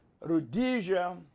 Rhodesia